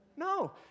No